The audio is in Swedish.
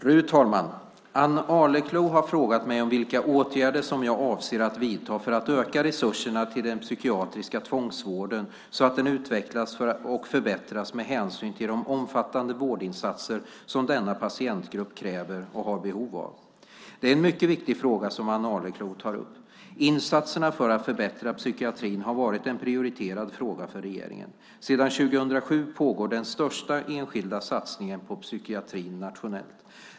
Fru talman! Ann Arleklo har frågat mig vilka åtgärder jag avser att vidta för att öka resurserna till den psykiatriska tvångsvården, så att den utvecklas och förbättras med hänsyn till de omfattande vårdinsatser som denna patientgrupp kräver och har behov av. Det är en mycket viktig fråga som Ann Arleklo tar upp. Insatserna för att förbättra psykiatrin har varit en prioriterad fråga för regeringen. Sedan 2007 pågår den största enskilda satsningen på psykiatrin nationellt.